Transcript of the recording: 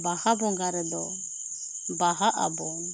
ᱵᱟᱦᱟ ᱵᱚᱸᱜᱟ ᱨᱮᱫᱚ ᱵᱟᱦᱟᱜ ᱟᱵᱚᱱ